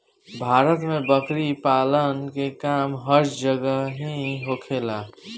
भारत में बकरी पलला के काम हर जगही होखेला